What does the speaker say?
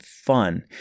fun